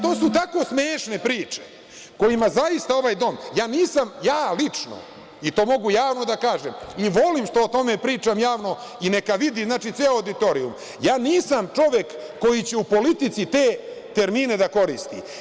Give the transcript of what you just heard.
To su tako smešne priče kojima zaista ovaj dom, i to mogu javno da kažem i volim što o tome pričam javno i neka vidi ceo auditorijum, ja lično nisam čovek koji će u politici te termine da koristi.